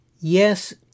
Yes